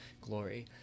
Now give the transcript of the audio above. glory